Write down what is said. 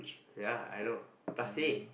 ya I know plastic